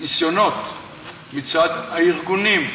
ניסיונות מצד הארגונים,